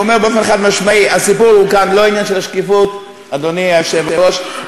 לא שקיפות, זו רדיפה פוליטית.